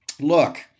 look